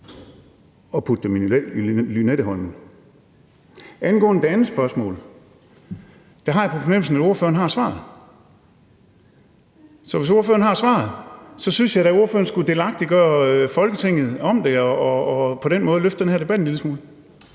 og putte dem i Lynetteholm. Angående det andet spørgsmål har jeg på fornemmelsen, at ordføreren har svaret, så hvis ordføreren har svaret, synes jeg da, at ordføreren skulle delagtiggøre Folketinget i det og på den måde løfte den her debat en lille smule.